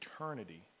eternity